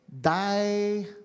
Die